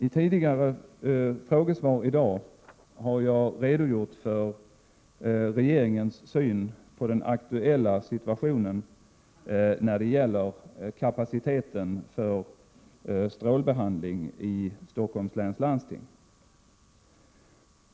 I tidigare frågesvar i dag har jag redogjort för regeringens syn på den aktuella situationen när det gäller kapaciteten för strålbehandling i Stockholms läns landsting.